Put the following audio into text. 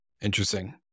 Interesting